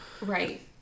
Right